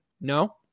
No